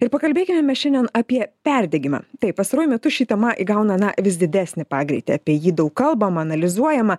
ir pakalbėkime mes šiandien apie perdegimą taip pastaruoju metu ši tema įgauna vis didesnį pagreitį apie jį daug kalbama analizuojama